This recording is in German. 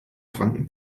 franken